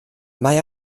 mae